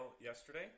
yesterday